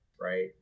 right